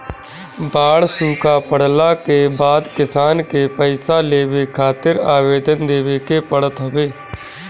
बाढ़ सुखा पड़ला के बाद किसान के पईसा लेवे खातिर आवेदन देवे के पड़त हवे